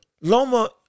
Loma